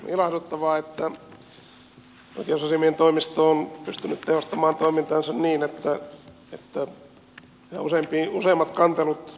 ilahduttavaa että oikeusasiamiehen toimisto on ryhtynyt tehostamaan toimintaansa niin että useimmat kantelut pystytään käsittelemään yhä nopeammin